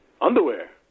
underwear